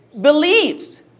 believes